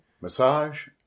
massage